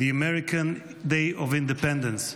the American day of Independence.